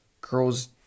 girls